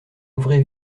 ouvrez